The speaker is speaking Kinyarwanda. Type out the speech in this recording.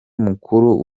mukuru